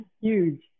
Huge